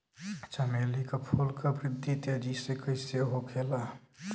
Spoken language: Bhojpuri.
चमेली क फूल क वृद्धि तेजी से कईसे होखेला?